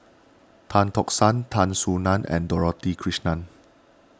Tan Tock San Tan Soo Nan and Dorothy Krishnan